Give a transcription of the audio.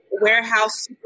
Warehouse